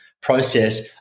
process